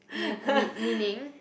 mean mean meaning